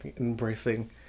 Embracing